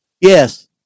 Yes